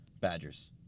Badgers